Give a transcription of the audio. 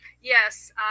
Yes